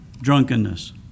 drunkenness